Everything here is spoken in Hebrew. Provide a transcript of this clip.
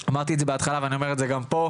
אמרתי את זה בהתחלה, ואני אומר את זה גם פה.